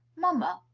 mamma,